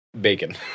bacon